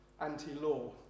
anti-law